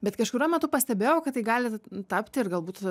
bet kažkuriuo metu pastebėjau kad tai gali tapti ir galbūt